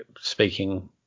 speaking